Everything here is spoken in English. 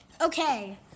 Okay